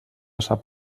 sap